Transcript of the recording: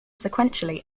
sequentially